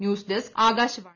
news desk Akashvani